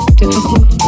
difficult